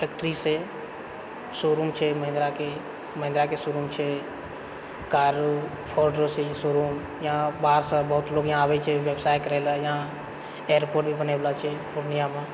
फैक्ट्रीसँ showroom छै महिन्द्राके महिन्द्राके शोरूम छै कार शोरूम यहाँ बाहरसँ बहुत लोग यहाँ आबैत छै व्यवसाय करै लऽ यहाँ एअरपोर्ट भी बनै वाला छै पूर्णियामे